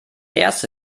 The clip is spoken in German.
erste